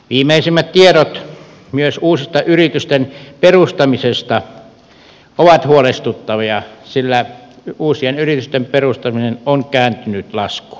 viimeisimmät tiedot uusien yritysten perustamisista ovat huolestuttavia sillä uusien yritysten perustaminen on kääntynyt laskuun